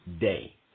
Day